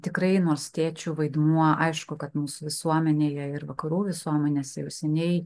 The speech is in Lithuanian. tikrai nors tėčių vaidmuo aišku kad mūsų visuomenėje ir vakarų visuomenėse jau seniai